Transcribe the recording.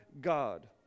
God